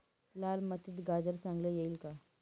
लाल मातीत गाजर चांगले येईल का?